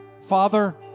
Father